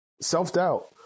self-doubt